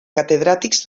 catedràtics